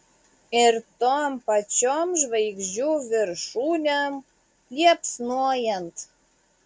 ir tom pačiom žvaigždžių viršūnėm liepsnojant